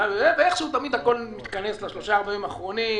ואיכשהו תמיד הכול מתכנס לשלושה-ארבעה ימים האחרונים,